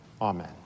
Amen